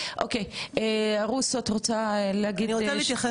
אני רוצה להתייחס לעניין של ניכויים של עובדי סיעוד בתקופת הקורונה,